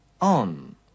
on